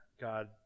God